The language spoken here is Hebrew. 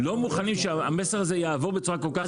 אנחנו לא מוכנים שהמסר הזה יעבור בצורה כל כך חלקה.